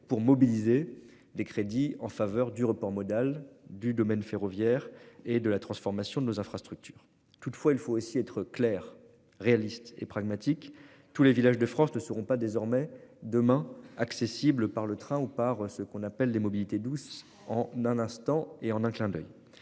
pour mobiliser des crédits en faveur du report modal du domaine ferroviaire et de la transformation de nos infrastructures. Toutefois, il faut aussi être clair, réaliste et pragmatique. Tous les villages de France ne seront pas désormais demain accessible par le train ou par ce qu'on appelle mobilités douces en un instant et en un clin d'oeil,